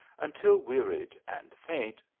until wearied and faint,